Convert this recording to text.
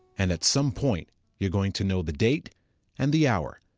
and at some point you're going to know the date and the hour,